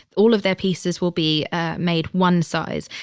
all of their pieces will be ah made one size.